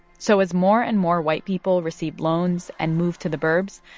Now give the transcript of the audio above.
so as more and more white people received loans and moved to the burbs,